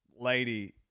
Lady